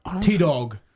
T-Dog